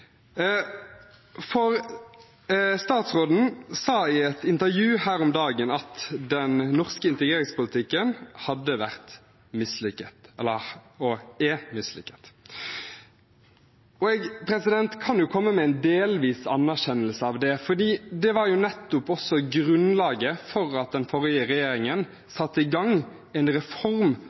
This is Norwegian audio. Statsråden sa i et intervju her om dagen at den norske integreringspolitikken er mislykket. Jeg kan jo komme med en delvis anerkjennelse av det, for det var jo også grunnlaget for at den forrige regjeringen satte i gang en reform